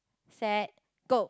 set go